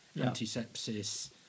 antisepsis